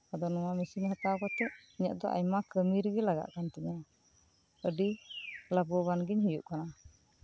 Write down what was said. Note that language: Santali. ᱟᱫᱚ ᱱᱚᱶᱟ ᱢᱮᱥᱤᱱ ᱦᱟᱛᱟᱣ ᱠᱟᱛᱮᱫ ᱤᱧᱟᱹᱜ ᱫᱚ ᱟᱭᱢᱟ ᱠᱟᱹᱢᱤ ᱨᱮᱜᱮ ᱞᱟᱜᱟᱜ ᱠᱟᱱᱛᱤᱧᱟᱹ ᱟᱹᱰᱤ ᱞᱟᱵᱷᱚᱵᱟᱱᱜᱤᱧ ᱦᱳᱭᱳᱜ ᱠᱟᱱᱟ